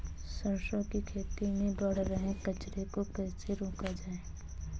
सरसों की खेती में बढ़ रहे कचरे को कैसे रोका जाए?